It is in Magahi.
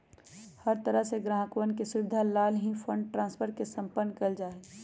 हर तरह से ग्राहकवन के सुविधा लाल ही फंड ट्रांस्फर के सम्पन्न कइल जा हई